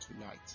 tonight